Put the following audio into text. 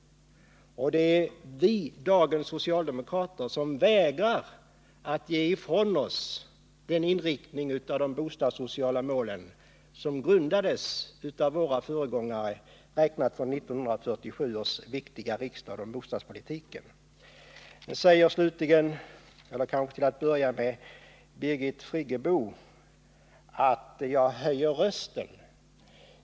Det är vi, dagens socialdemokrater, som vägrar att ge ifrån oss den inriktning av de bostadssociala målen som grundades av våra föregångare, räknat från 1947 års viktiga riksdagsbeslut om bostadspolitiken. Birgit Friggebo påstod att jag höjer rösten.